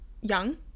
young